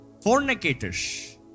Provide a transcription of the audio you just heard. Fornicators